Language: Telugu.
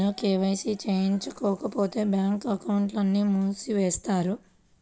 నేను కే.వై.సి చేయించుకోకపోతే బ్యాంక్ అకౌంట్ను మూసివేస్తారా?